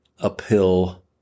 uphill